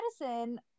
Madison